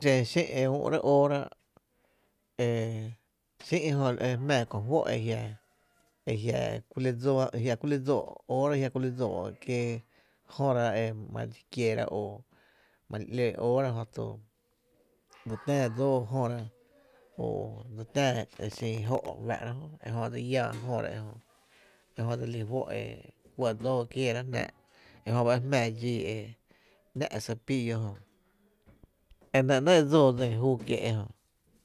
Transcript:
La ku xen xé’n e üü’ra óóra e sÿ’ jö e jmⱥⱥ kó fó’ e jia, e jia’ kuli dsóó’ óora jia kuli dsóó kie jöra e mare dxi kiera o ‘loó’ óora jö to dse tää dsóó jöra o dse tää e xin jó’ re fá’ra jö jö dse lláá jöra e jö jö dse lí fó’ e kuɇ dsóó kieera jnáá’ ejöba e jmⱥⱥ dxíí e ‘ná’ cepillo jö e nɇ ‘néé’ e dsoo dsín júú kiee’ ejö.